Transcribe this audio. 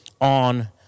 on